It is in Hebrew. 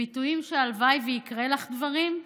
ביטויים שהלוואי שיקרו לך דברים.